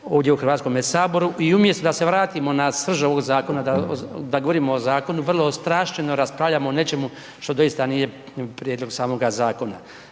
ovdje u HS-u i umjesto da se vratimo na srž ovog zakona, da govorimo o zakonu, vrlo ostrašćeno raspravljamo o nečemu što doista nije prijedlog samoga zakona.